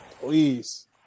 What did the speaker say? please